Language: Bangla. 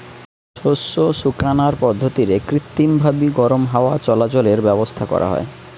শস্য শুকানার পদ্ধতিরে কৃত্রিমভাবি গরম হাওয়া চলাচলের ব্যাবস্থা করা হয়